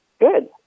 Good